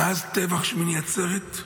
מאז טבח שמיני עצרת,